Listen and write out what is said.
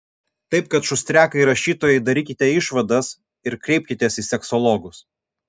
taip kad šustriakai rašytojai darykite išvadas ir kreipkitės į seksologus